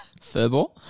Furball